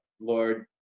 lord